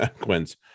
quinn's